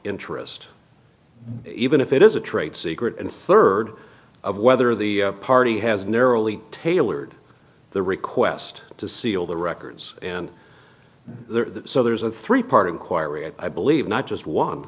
interest even if it is a trade secret and third of whether the party has narrowly tailored the request to seal the records and the so there's a three part of inquiry and i believe not just one